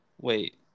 wait